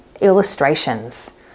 illustrations